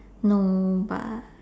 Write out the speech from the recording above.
no bah